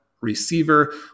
receiver